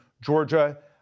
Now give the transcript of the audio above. Georgia